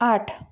आठ